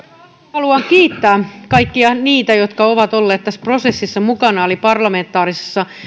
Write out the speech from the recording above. haluan kiittää kaikkia niitä jotka ovat olleet tässä prosessissa mukana eli parlamentaarisessa